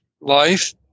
life